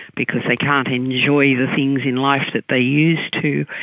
because they can't enjoy the things in life that they used to,